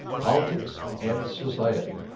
politics and society.